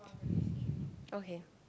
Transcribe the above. okay